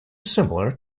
similar